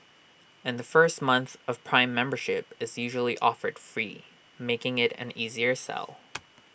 and the first month of prime membership is usually offered free making IT an easier sell